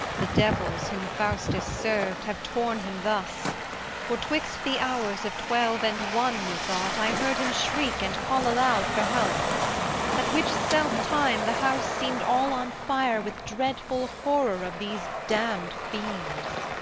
the devils whom faustus serv'd have torn him thus for, twixt the hours of twelve and one, methought, i heard him shriek and call aloud for help at which self time the house seem'd all on fire with dreadful horror of these damned fiends.